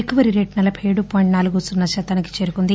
recovery rate నలబై ఏడు point నాలుగు సున్నా శాతానికి చేరుకుంది